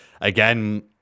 again